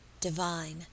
divine